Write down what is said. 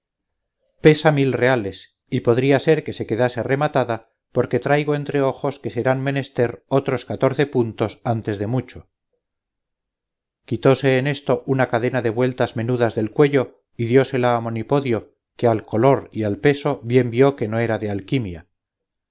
pesa mil reales y podría ser que se quedase rematada porque traigo entre ojos que serán menester otros catorce puntos antes de mucho quitóse en esto una cadena de vueltas menudas del cuello y diósela a monipodio que al color y al peso bien vio que no era de alquimia